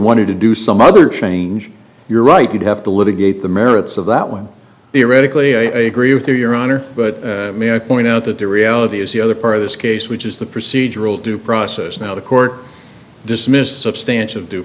wanted to do some other change you're right you'd have to litigate the merits of that one theoretically i agree with you your honor but may i point out that the reality is the other part of this case which is the procedural due process not a court dismissed substantial due